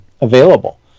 available